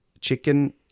chicken